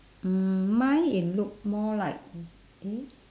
mm mine in look more like eh